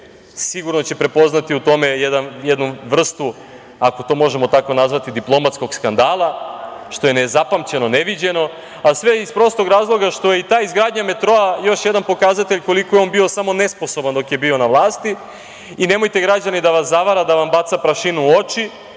sigurno će prepoznati u tome jednu vrstu, ako to možemo tako nazvati, diplomatskog skandala, što je nezapamćeno, neviđeno, a sve iz prostog razloga što je i ta izgradnja metroa još jedan pokazatelj koliko je on bio samo nesposoban dok je bio na vlasti i nemojte, građani, da vas zavara, da vam baca prašinu u oči,